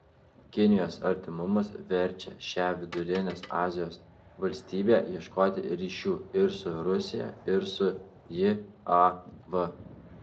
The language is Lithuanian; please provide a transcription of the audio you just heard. kinijos artimumas verčia šią vidurinės azijos valstybę ieškoti ryšių ir su rusija ir su jav